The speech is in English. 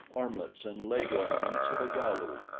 armlets and leg-ornaments of a galu,